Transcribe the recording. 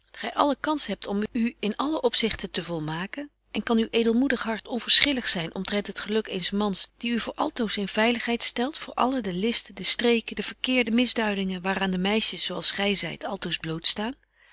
alle kans hebt om u in allen opzichte te volmaken en kan uw edelmoedig hart onverschillig zyn omtrent het geluk eens mans die u voor altoos in veiligheid stelt voor alle de listen de streken de verkeerde misduidingen waar aan de meisjes zo als gy zyt altoos bloot staan